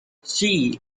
chi